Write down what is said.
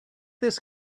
this